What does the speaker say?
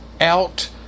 out